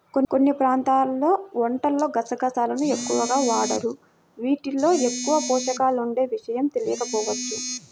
కొన్ని ప్రాంతాల్లో వంటల్లో గసగసాలను ఎక్కువగా వాడరు, యీటిల్లో ఎక్కువ పోషకాలుండే విషయం తెలియకపోవచ్చు